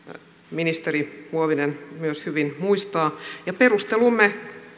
ministeri huovinen myös hyvin muistaa ja perustelumme